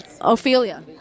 Ophelia